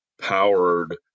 powered